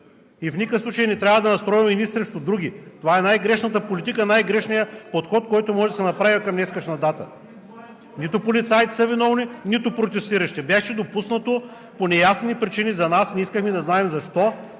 И в никакъв случай не трябва да се настройваме едни срещу други. Това е най-грешната политика – най-грешният подход, който може да се направи към днешна дата. Нито полицаите са виновни, нито протестиращите. Беше допуснато по неясни причини за нас. Ние искахме да знаем защо